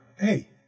Hey